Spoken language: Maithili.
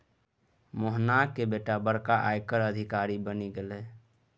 मोहनाक बेटा बड़का आयकर अधिकारी बनि गेलाह